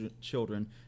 children